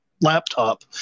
laptop